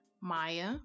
Maya